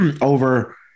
over